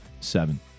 Seven